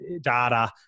data